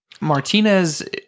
Martinez